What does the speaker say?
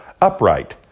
upright